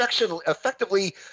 effectively